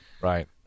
Right